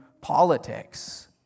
politics